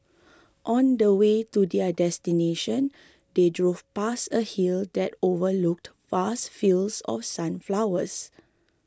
on the way to their destination they drove past a hill that overlooked vast fields of sunflowers